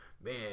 Man